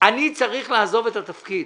אני צריך לעזוב את התפקיד.